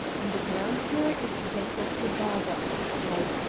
on the ground floor is josef the barber and his wife,